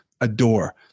adore